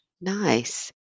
Nice